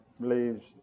believes